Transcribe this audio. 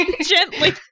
Gently